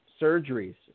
surgeries